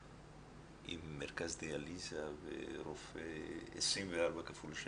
עם מרכז דיאליזה ורופא 24/7,